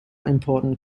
important